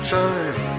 time